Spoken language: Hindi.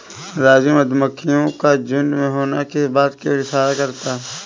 राजू मधुमक्खियों का झुंड में होना किस बात की ओर इशारा करता है?